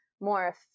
more